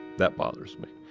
that bothers me,